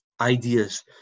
ideas